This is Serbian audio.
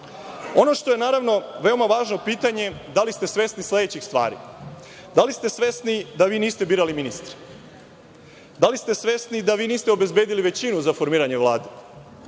što je veoma važno pitanje – da li ste svesni sledećih stvari - da li ste svesni da vi niste birali ministre? Da li ste svesni da vi niste obezbedili većinu za formiranje Vlade?